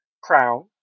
crown